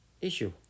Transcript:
issue